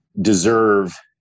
deserve